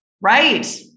Right